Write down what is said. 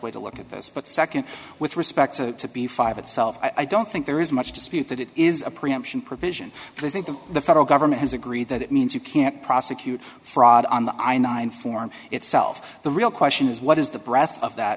way to look at this but nd with respect to the five itself i don't think there is much dispute that it is a preemption provision but i think that the federal government has agreed that it means you can't prosecute fraud on the i nine form itself the real question is what is the breath of that